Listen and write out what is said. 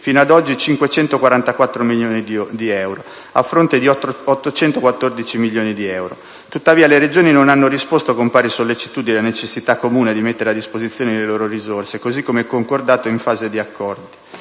fino ad oggi, 544 milioni di euro, a fronte di 814 milioni di euro. Tuttavia le Regioni non hanno risposto con pari sollecitudine alla necessità comune di mettere a disposizione le loro risorse, così come concordato in fase di accordi.